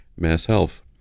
MassHealth